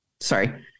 sorry